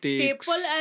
staple